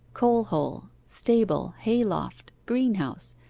coal-hole, stable, hay-loft, green-house,